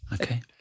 Okay